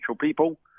people